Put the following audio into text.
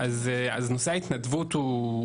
נושא ההתנדבות הוא אולי לא מדויק.